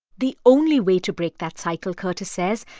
the only way to break that cycle, curtis says,